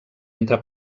entre